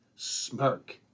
smirk